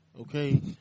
Okay